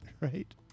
right